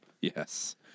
Yes